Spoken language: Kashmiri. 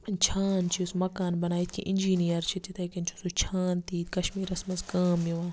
چھان چھ یُس مَکان بَنایہِ کہِ اِنجینِیَر چھِ تِتھے کٔنۍ چھُ سُہ چھان تہِ کَشمیرَس منٛز کٲم یِوان